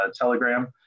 Telegram